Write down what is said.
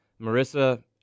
Marissa